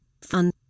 fun